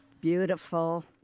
Beautiful